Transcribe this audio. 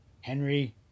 henry